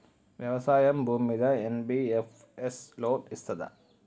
వ్యవసాయం భూమ్మీద NBFS loan ఇస్తదా?